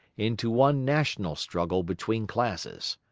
into one national struggle between classes.